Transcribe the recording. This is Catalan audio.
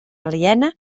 aliena